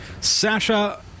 Sasha